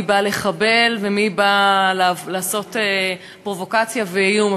מי בא לחבל ומי בא לעשות פרובוקציה ואיום.